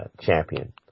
champion